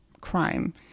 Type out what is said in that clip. crime